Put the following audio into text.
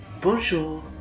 Bonjour